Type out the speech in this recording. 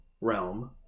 realm